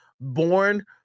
born